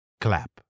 Clap